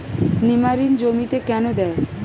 নিমারিন জমিতে কেন দেয়?